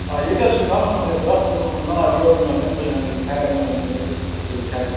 آ ییٚتہِ حظ چھِ گامَس منٛز یَتھ گاسَس لوٚگمُت نار یور أنِو حظ اٮ۪مبُلٮ۪نٕس یہِ فایِر اٮ۪مبُلینٕس أنِو تہٕ یہِ کٔرِو ژھٮ۪تہٕ